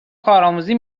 کارآموزی